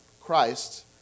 Christ